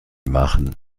machen